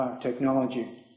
technology